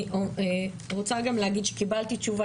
אני רוצה גם להגיד שקיבלתי תשובה,